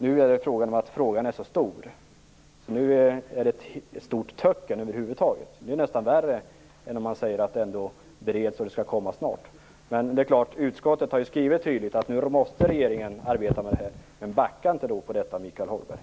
Nu handlar det om att frågan är så stor, att det nu är ett stort töcken över huvud taget. Det är nästan värre än om man säger att frågan bereds och att besked skall komma snart. Men utskottet har tydligt skrivit att regeringen nu måste arbeta med det här. Backa då inte på detta, Michael Hagberg!